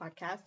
podcast